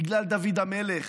בגלל דוד המלך,